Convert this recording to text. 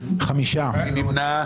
מי נמנע?